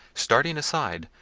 starting aside,